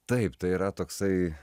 taip tai yra toksai